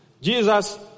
Jesus